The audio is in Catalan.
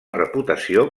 reputació